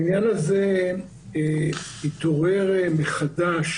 העניין הזה התעורר מחדש